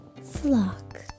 flock